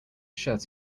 shirt